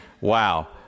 Wow